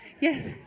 Yes